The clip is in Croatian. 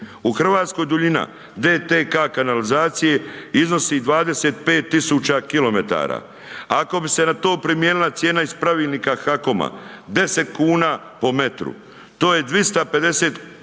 U Hrvatskoj duljina DTK kanalizacije iznosi 25.000 km, ako bi se na to primijenila cijena iz pravilnika HAKOM-a 10 kuna po metru, to je 250